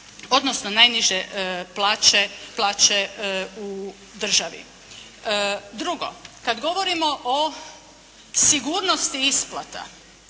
odnosno najniže plaće u državi. Drugo, kad govorimo o sigurnosti isplata,